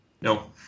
No